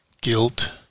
guilt